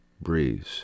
breeze